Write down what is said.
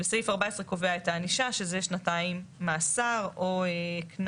סעיף 14 קובע את הענישה, שזה שנתיים מאסר או קנס